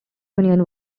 union